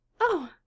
Oh